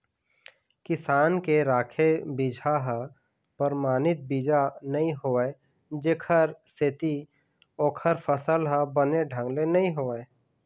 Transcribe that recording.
किसान के राखे बिजहा ह परमानित बीजा नइ होवय जेखर सेती ओखर फसल ह बने ढंग ले नइ होवय